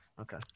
Okay